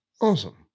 Awesome